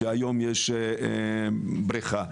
שמהם יש היום בריחה.